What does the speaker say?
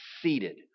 Seated